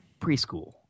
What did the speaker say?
Preschool